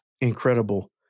Incredible